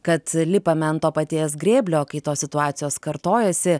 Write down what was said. kad lipame ant to paties grėblio kai tos situacijos kartojasi